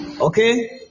Okay